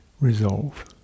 resolve